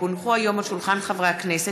כי הונחו היום על שולחן הכנסת,